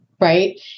right